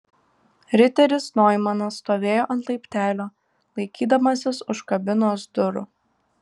riteris noimanas stovėjo ant laiptelio laikydamasis už kabinos durų